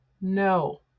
no